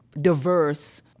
diverse